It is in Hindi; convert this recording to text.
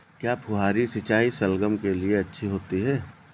क्या फुहारी सिंचाई शलगम के लिए अच्छी होती है?